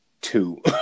two